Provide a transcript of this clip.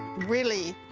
really,